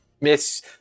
Miss